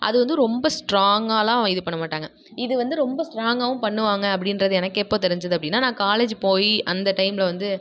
அது வந்து ரொம்ப ஸ்ட்ராங்காகலாம் இது பண்ணமாட்டாங்க இது வந்து ரொம்ப ஸ்ட்ராங்காகவும் பண்ணுவாங்க அப்படின்றது எனக்கு எப்போது தெரிஞ்சுது அப்படின்னா நான் காலேஜி போய் அந்த டைமில் வந்து